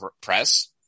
press